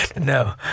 no